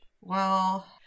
Well-